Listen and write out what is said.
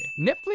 Netflix